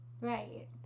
Right